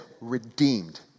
redeemed